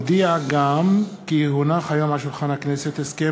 אודיע גם כי הונח היום על שולחן הכנסת הסכם